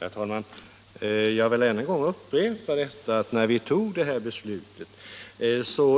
Herr talman! Jag vill än en gång framhålla att när vi fattade beslutet